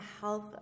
health